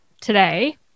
today